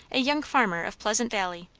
a young farmer of pleasant valley,